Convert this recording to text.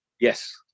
Yes